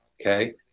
okay